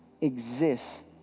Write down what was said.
exists